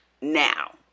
Now